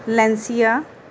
Lancia